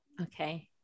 Okay